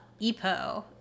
EPO